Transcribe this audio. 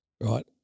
right